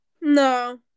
no